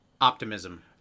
optimism